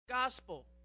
gospel